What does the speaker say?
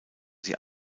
sie